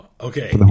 Okay